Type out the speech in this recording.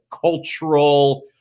cultural